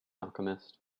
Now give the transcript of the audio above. alchemist